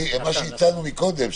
מה שהצענו מקודם,